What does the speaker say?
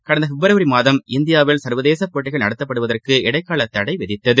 கடந்தபிப்ரவரிமாதம் இந்தியாவில் சர்வதேசபோட்டிகள் நடத்தப்படுவதற்கு இடைக்காலதடைவிதித்தது